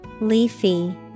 Leafy